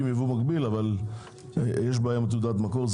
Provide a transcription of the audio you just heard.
ייבוא מקביל כשיש בעיה עם תעודת מקור.